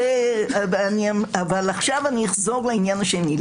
אני אחזור עכשיו לעניין השני.